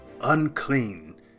unclean